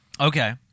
Okay